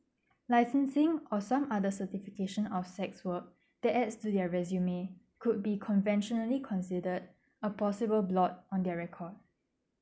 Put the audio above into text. licensing or some other certifications of sex work that add to their resume could be conventionally considered a possible blot on their record